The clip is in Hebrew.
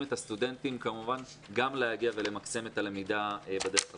את הסטודנטים כמובן גם להגיע ולמקסם את הלמידה בדרך הזאת.